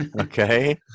Okay